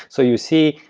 so you see,